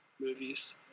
movies